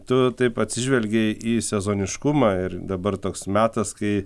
tu taip atsižvelgi į sezoniškumą ir dabar toks metas kai